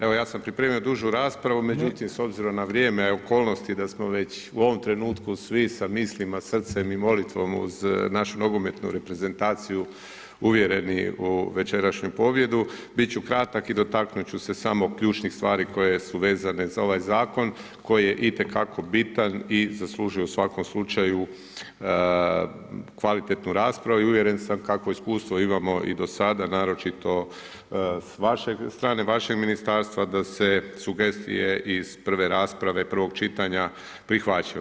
Evo ja sam pripremio dužu raspravu, međutim s obzirom na vrijeme, okolnosti da smo već u ovom trenutku svi sa mislima, srcem i molitvom uz našu nogometnu reprezentaciju uvjereni u večerašnju pobjedu, bit ću kratak i dotaknut ću se samo ključnih stvari koje su vezane za ovaj zakon koji je itekako bitan i zaslužuje u svakom slučaju kvalitetnu raspravu i uvjeren samo kakvo iskustvo imamo i do sada, naročito s vaše strane, vašeg ministarstva, da se sugestije iz prve rasprave, prvog čitanja prihvaćaju.